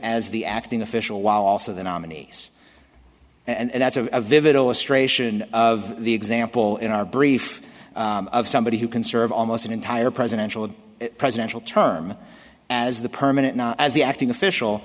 as the acting official while also the nominees and that's a vivid illustration of the example in our brief of somebody who can serve almost an entire presidential presidential term as the permanent as the acting official